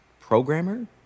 programmer